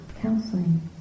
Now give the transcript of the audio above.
counseling